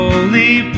Holy